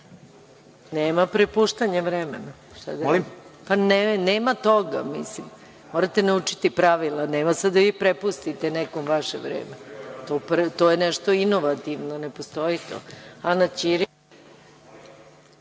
Nema prepuštanja vremena. Nema toga. Morate naučiti pravila. Nema sada da vi prepustite nekom vaše vreme. To je nešto inovativno. Ne postoji to. Reč